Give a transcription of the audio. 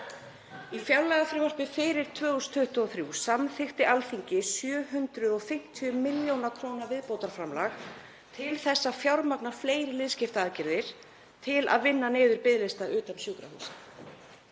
Í fjárlagafrumvarpi fyrir 2023 samþykkti Alþingi 750 millj. kr. viðbótarframlag til að fjármagna fleiri liðskiptaaðgerðir til að vinna niður biðlista utan sjúkrahúsa.